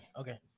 Okay